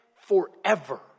forever